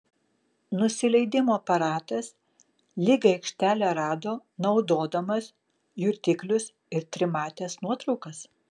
nusileidimo aparatas lygią aikštelę rado naudodamas jutiklius ir trimates nuotraukas